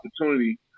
opportunity